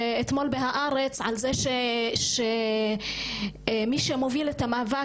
אתמול ב"הארץ" על זה שמי שמוביל את המאבק,